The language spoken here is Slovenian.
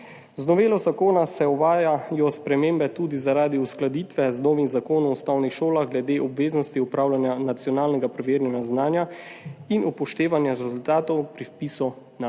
Z novelo zakona se uvajajo spremembe tudi zaradi uskladitve z novim Zakonom o osnovnih šolah glede obveznosti opravljanja nacionalnega preverjanja znanja in upoštevanja rezultatov pri vpisu na